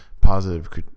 positive